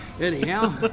Anyhow